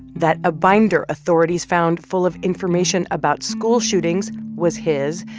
that a binder authorities found full of information about school shootings was his.